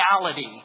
reality